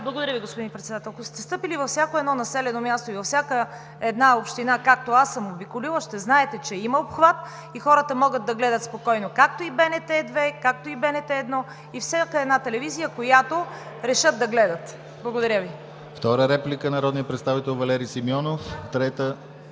благодаря Ви, господин Председател. Ако сте стъпили във всяко едно населено място и във всяка една община, както аз съм обиколила, ще знаете, че има обхват и хората могат да гледат спокойно както и БНТ 2, както и БНТ 1, и всяка една телевизия, която решат да гледат. Благодаря Ви.